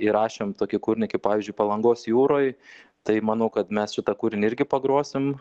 įrašėm tokį kūrinį kaip pavyzdžiui palangos jūroj tai manau kad mes šitą kūrinį irgi pagrosim